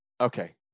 okay